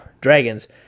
dragons